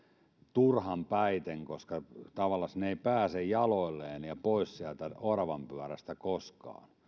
turhanpäiten koska tavallaan ne eivät pääse jaloilleen ja pois sieltä oravanpyörästä koskaan